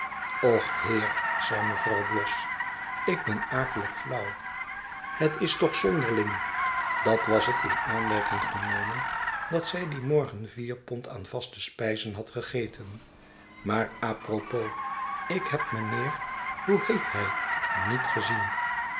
och heer zei mevrouw bloss ik ben akelig flauw het is toch zonderling dat was het in aanmerking genomen dat zij dien morgen vier pond aan vaste spijzen had gegeten maar a propos ik heb meneer hoeheethij niet gezien